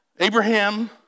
Abraham